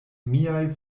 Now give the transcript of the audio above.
miaj